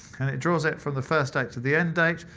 and it draws it from the first date to the end date,